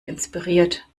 inspiriert